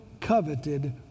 coveted